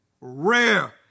rare